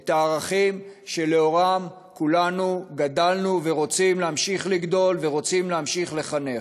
את הערכים שלאורם כולנו גדלנו ורוצים להמשיך לגדול ורוצים להמשיך לחנך.